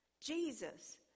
Jesus